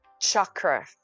chakra